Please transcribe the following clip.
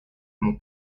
mon